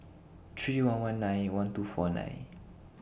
three one one nine one two four nine